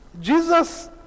Jesus